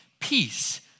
peace